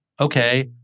Okay